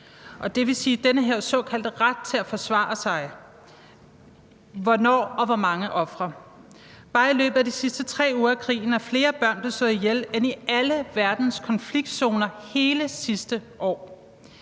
Det vil sige, at om den her såkaldte ret til at forsvare sig vil jeg spørge: Hvornår, og med hvor mange ofre? Bare i løbet af de sidste 3 uger af krigen er flere børn blevet slået ihjel end i alle verdens konfliktzoner hele sidste år.